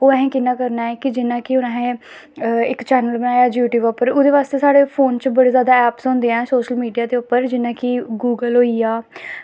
ओह् असें कि'यां करना ऐ कि जियां कि हून असें इक चैनल बनाया यूट्यूब उप्पर ओह्दे बास्तै साढ़े फोन च बड़े जादा ऐप्स होंदे ऐ सोशल मीडिया दे उप्पर जियां कि गूगल होई गेआ